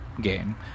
game